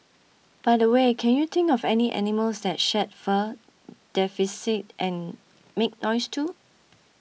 by the way can you think of any animals that shed fur defecate and make noise too